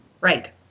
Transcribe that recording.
right